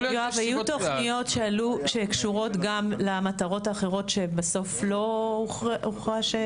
היו תוכניות שקשורות גם למטרות האחרות שבסוף לא הוכרע?